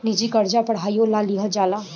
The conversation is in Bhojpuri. निजी कर्जा पढ़ाईयो ला लिहल जाला